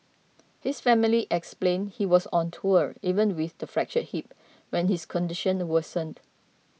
his family explained he was on tour even with the fractured hip when his condition worsened